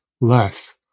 less